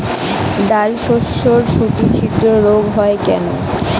ডালশস্যর শুটি ছিদ্র রোগ হয় কেন?